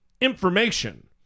information